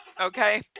Okay